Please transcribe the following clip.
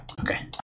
Okay